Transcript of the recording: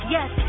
Yes